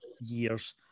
years